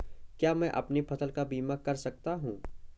क्या मैं अपनी फसल का बीमा कर सकता हूँ?